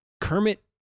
Kermit